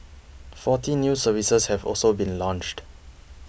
forty new services have also been launched